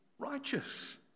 righteous